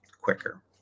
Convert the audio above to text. quicker